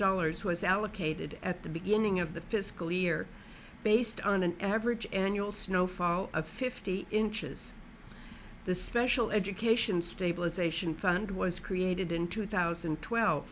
dollars was allocated at the beginning of the fiscal year based on an average annual snowfall of fifty inches the special education stabilization fund was created in two thousand and twelve